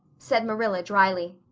said marilla drily,